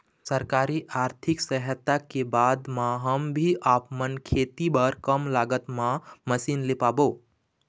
सरकारी आरथिक सहायता के बाद मा हम भी आपमन खेती बार कम लागत मा मशीन ले पाबो?